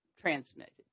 transmitted